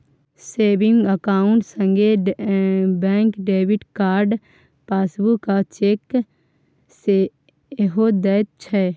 saving account संगे bank debit card, passbook आ cheque सेहो दैत छै